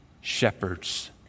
shepherds